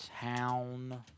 Town